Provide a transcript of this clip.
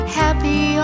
happy